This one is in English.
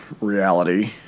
reality